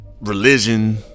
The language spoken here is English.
religion